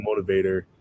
motivator